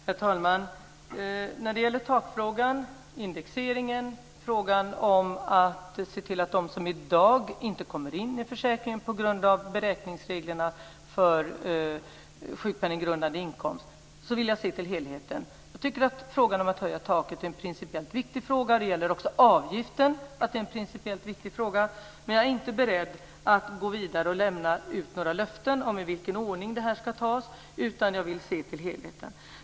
Herr talman! Jag vill se till helheten när det gäller takfrågan, indexeringen och frågan om de som i dag inte kommer in i försäkringen på grund av beräkningsreglerna för sjukpenninggrundande inkomst. Jag tycker att frågan om att höja taket är en principiellt viktig fråga. Det gäller också avgiften. Men jag är inte beredd att gå vidare och lämna ut några löften om i vilken ordning det här ska ske. Jag vill se till helheten.